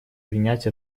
принять